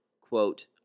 quote